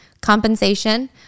compensation